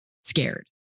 scared